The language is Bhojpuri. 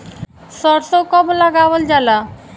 सरसो कब लगावल जाला?